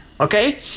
okay